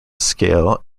scale